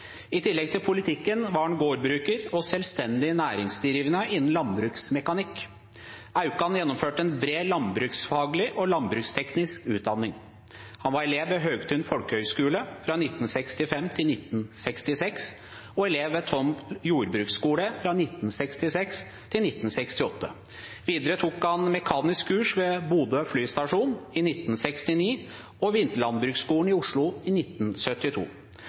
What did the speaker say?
I tillegg til politikken var han gårdbruker og selvstendig næringsdrivende innen landbruksmekanikk. Aukan gjennomførte en bred landbruksfaglig og landbruksteknisk utdanning. Han var elev ved Høgtun Folkehøgskule 1965–1966 og elev ved Tomb Jordbruksskole 1966–1968. Videre tok han mekaniske kurs ved Bodø flystasjon i 1969 og Vinterlandbruksskolen i Oslo i 1972.